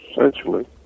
essentially